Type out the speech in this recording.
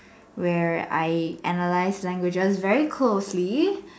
where I analyse language very closely